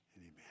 Amen